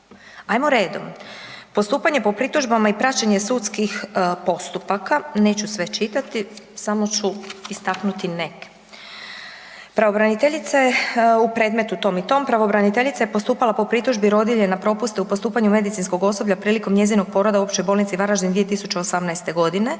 Hajmo redom. Postupanje po pritužbama i praćenje sudskih postupaka, neću sve čitati, samo ću istaknuti neke. Pravobraniteljica je u predmetu tom i tom, pravobraniteljica je postupala po pritužbi rodilje na propuste u postupanju medicinskog osoblja prilikom njezinog poroda u Općoj bolnici Varaždin 2018. pri